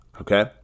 okay